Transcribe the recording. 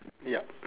ya